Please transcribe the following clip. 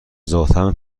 ذاتا